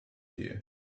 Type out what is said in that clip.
here